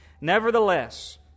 Nevertheless